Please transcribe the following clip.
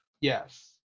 Yes